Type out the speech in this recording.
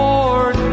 Lord